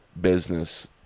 business